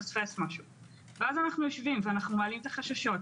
ואז אנחנו יושבים ומדברים על החששות.